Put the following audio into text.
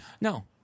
No